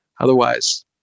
Otherwise